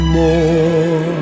more